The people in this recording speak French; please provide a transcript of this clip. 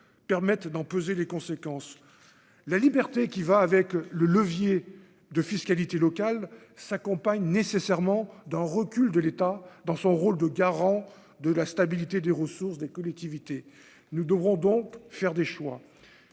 permettent d'en peser les conséquences la liberté qui va avec le levier de fiscalité locale s'accompagne nécessairement d'un recul de l'État dans son rôle de garant de la stabilité des ressources des collectivités, nous devrons donc faire des choix,